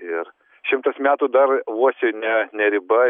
ir šimtas metų dar uosiui ne ne riba